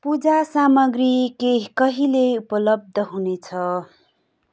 पूजा सामग्री के कहिले उपलब्ध हुनेछ